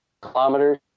kilometers